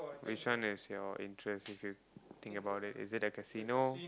which one is your interest if you think about it is it a casino